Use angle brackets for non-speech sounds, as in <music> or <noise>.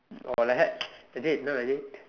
orh like that <noise> Machi என்ன:enna Machi